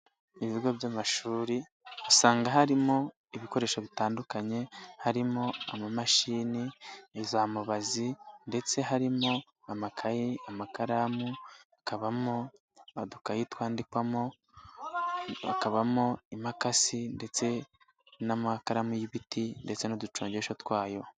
Ibigo by'amashuri usanga harimo ibikoresho bitandukanye harimo amamashini, iza mubazi ndetse harimo amakayi, amakaramu, hakabamo udukayi twandikwamo, hakabamo impakasi ndetse n'amakaramu y'ibiti ndetse n'uducongesho twayo.